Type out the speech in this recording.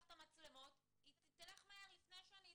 את המצלמות היא תלך מהר לפני שאני אתחרט.